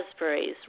raspberries